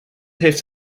heeft